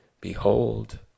Behold